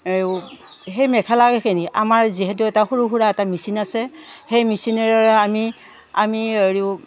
সেই মেখেলাখিনি আমাৰ যিহেতু এটা সৰু সুৰা এটা মেচিন আছে সেই মেচিনেৰে আমি আমি আৰু